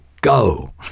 go